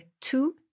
two